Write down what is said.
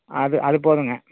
அது அது போதுங்க